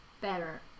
better